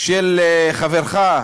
של חברך,